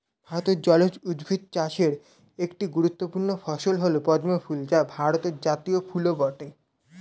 ভারতে জলজ উদ্ভিদ চাষের একটি গুরুত্বপূর্ণ ফসল হল পদ্ম ফুল যা ভারতের জাতীয় ফুলও বটে